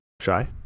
Shy